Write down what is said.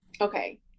Okay